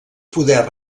poder